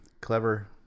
clever